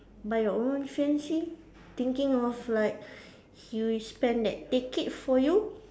by your own fiance thinking of like he will spend the ticket for you